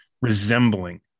resembling